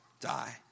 die